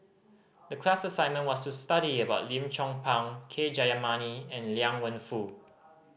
the class assignment was to study about Lim Chong Pang K Jayamani and Liang Wenfu